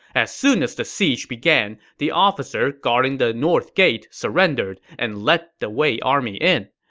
as soon as the siege began, the officer guarding the north gate surrendered and let the wei army in.